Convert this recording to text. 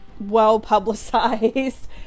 well-publicized